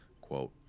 Quote